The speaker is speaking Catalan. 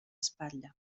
espatlla